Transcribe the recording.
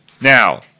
Now